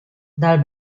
dal